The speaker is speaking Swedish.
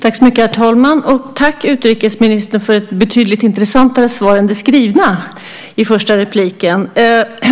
Herr talman! Tack, utrikesministern, för ett betydligt intressantare svar än det skrivna i första inlägget.